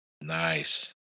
Nice